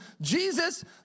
Jesus